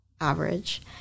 average